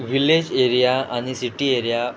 village area आनी city area